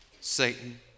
Satan